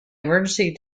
emergency